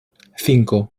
cinco